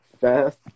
fast